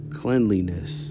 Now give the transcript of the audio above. cleanliness